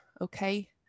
Okay